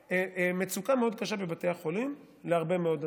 למצוקה מאוד קשה בבתי החולים להרבה מאוד אנשים.